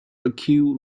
acute